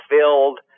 filled